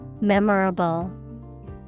Memorable